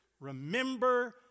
Remember